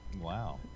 Wow